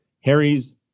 Harry's